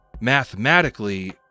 mathematically